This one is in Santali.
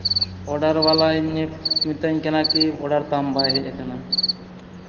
ᱚᱰᱟᱨ ᱵᱟᱞᱟᱭ ᱢᱤᱛᱟᱹᱧ ᱠᱟᱱᱟ ᱠᱤ ᱚᱰᱟᱨ ᱛᱟᱢ ᱵᱟᱭ ᱦᱮᱡ ᱠᱟᱱᱟ